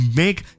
make